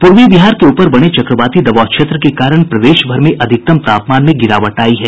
पूर्वी बिहार के ऊपर बने चक्रवाती दबाव क्षेत्र के कारण प्रदेशभर में अधिकतम तापमान में गिरावट आयी है